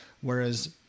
whereas